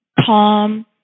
calm